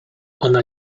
ona